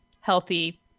healthy